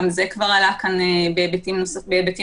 גם זה כבר עלה כאן בהיבטים מסוימים.